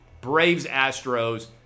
Braves-Astros